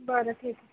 बरं ठीक